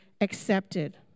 accepted